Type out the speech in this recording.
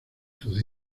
tus